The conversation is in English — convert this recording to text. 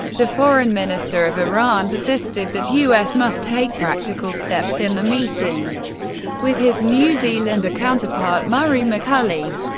the foreign minister of iran, persisted that u s. must take practical steps in the meeting with his new zealander counterpart murray mccully.